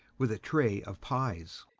with a tray of pies.